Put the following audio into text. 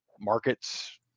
markets